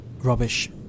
rubbish